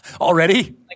Already